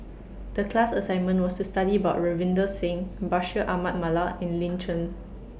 The class assignment was to study about Ravinder Singh Bashir Ahmad Mallal and Lin Chen